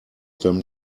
them